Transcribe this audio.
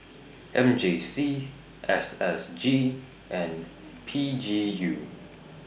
M J C S S G and P G U